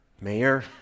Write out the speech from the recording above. mayor